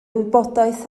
wybodaeth